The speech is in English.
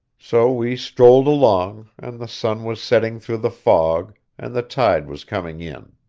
so we strolled along, and the sun was setting through the fog, and the tide was coming in.